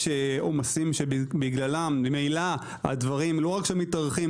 יש עומסים שבגללם ממילא הדברים לא רק שמתארכים,